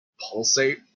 pulsate